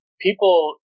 people